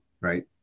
Right